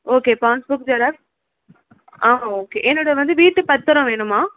okay passbook xerox ஆ okay என்னோடய வந்து வீட்டு பத்திரம் வேணுமா